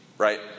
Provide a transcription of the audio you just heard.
Right